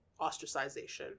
ostracization